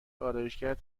آرایشگرت